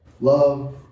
love